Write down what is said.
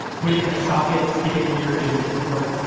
put it in a socket, stick it in your usb port.